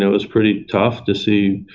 it was pretty tough to see,